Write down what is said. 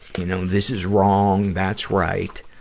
you know, this is wrong, that's right.